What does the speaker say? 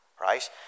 right